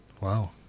Wow